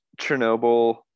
Chernobyl